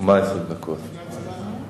20 דקות לפני ההצבעה?